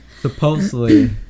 supposedly